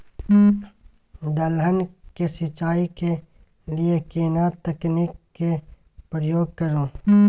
दलहन के सिंचाई के लिए केना तकनीक के प्रयोग करू?